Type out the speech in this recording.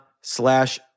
slash